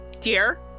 dear